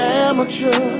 amateur